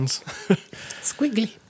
Squiggly